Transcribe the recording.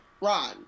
Ron